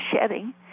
shedding